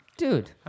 Dude